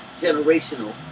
generational